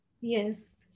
Yes